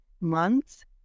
months